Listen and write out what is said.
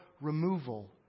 removal